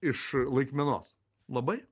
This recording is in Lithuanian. iš laikmenos labai